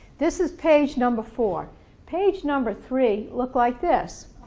this is page number four page number three looked like this.